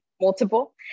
multiple